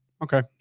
Okay